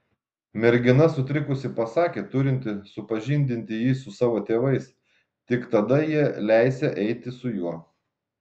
mergina sutrikusi pasakė turinti supažindinti jį su savo tėvais tik tada jie leisią eiti su juo